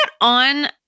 on